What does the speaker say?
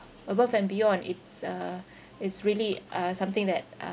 above and beyond it's uh it's really uh something that